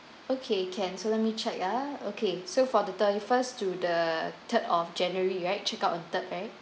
okay can so let me check ah okay so for the thirty-first to the third of january right check out on third okay